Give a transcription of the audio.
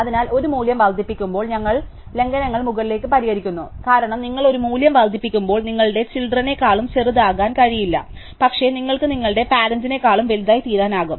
അതിനാൽ ഒരു മൂല്യം വർദ്ധിപ്പിക്കുമ്പോൾ നിങ്ങൾ ലംഘനങ്ങൾ മുകളിലേക്ക് പരിഹരിക്കുന്നു കാരണം നിങ്ങൾ ഒരു മൂല്യം വർദ്ധിപ്പിക്കുമ്പോൾ നിങ്ങളുടെ ചിൽഡ്രനേക്കാളും ചെറുതാകാൻ കഴിയില്ല പക്ഷേ നിങ്ങൾക്ക് നിങ്ങളുടെ പാരന്റ്നെക്കാളും വലുതായിത്തീരാനാകും